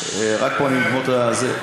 אני רק אגמור את זה.